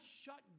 shut